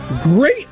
Great